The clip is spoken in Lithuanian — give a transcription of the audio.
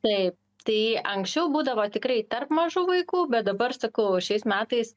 taip tai anksčiau būdavo tikrai tarp mažų vaikų bet dabar sakau šiais metais